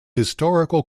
historical